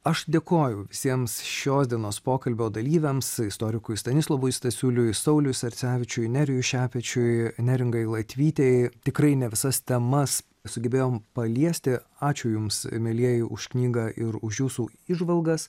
aš dėkoju visiems šios dienos pokalbio dalyviams istorikui stanislovui stasiuliui sauliui sarcevičiui nerijui šepečiui neringai latvytei tikrai ne visas temas sugebėjom paliesti ačiū jums mielieji už knygą ir už jūsų įžvalgas